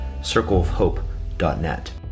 circleofhope.net